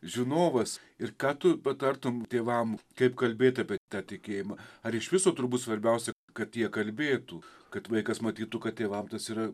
žinovas ir ką tu patartum tėvam kaip kalbėt apie tą tikėjimą ar iš viso turbūt svarbiausia kad jie kalbėtų kad vaikas matytų kad tėvam tas yra